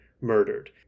murdered